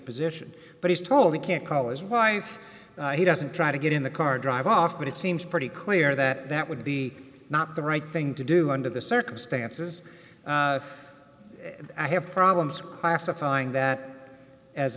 position but he's told he can't call as wife he doesn't try to get in the car drive off but it seems pretty clear that that would be not the right thing to do under the circumstances i have problems classifying that as